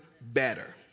better